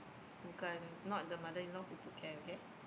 bukan not the mother in law who took care okay